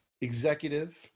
executive